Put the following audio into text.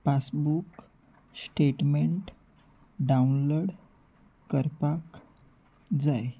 passbook statement download करपाक जाय